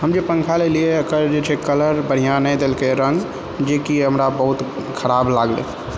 हम जे पंखा लेलिए एकर जे छै कलर बढ़िआँ नहि देलकै रङ्ग जेकि हमरा बहुत खराब लागलै